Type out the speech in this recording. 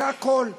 זה הכול.